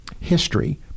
history